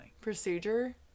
Procedure